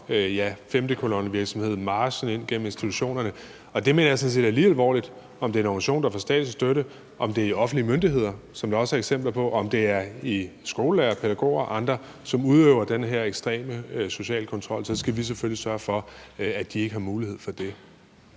ja, femtekolonnevirksomhed, marchen ind gennem institutionerne. Og det mener jeg sådan set er lige alvorligt, uanset om det er en organisation, som får statslig støtte, om det er offentlige myndigheder, som der også eksempler på, eller om det er skolelærere, pædagoger eller andre, som udøver den her ekstreme sociale kontrol. Så skal vi selvfølgelig sørge for, at de ikke har mulighed for det.